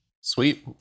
Sweet